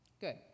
Good